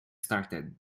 started